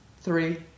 three